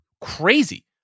crazy